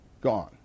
Gone